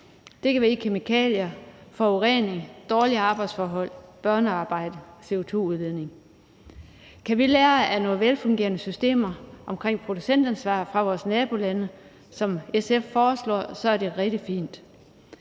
Det kan være i form af kemikalier, forurening, dårlige arbejdsforhold, børnearbejde og CO2-udledning. Kan vi lære af nogle velfungerende systemer for producentansvar fra vores nabolande, som SF foreslår, så er det rigtig fint.